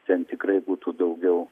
ten tikrai būtų daugiau